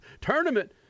tournament